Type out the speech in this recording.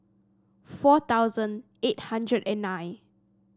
four thousand eight hundred and nine